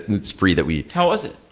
it's free that we how was it?